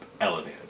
elevated